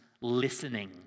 listening